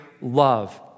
love